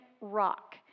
rock